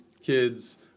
kids